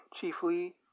chiefly